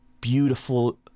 beautiful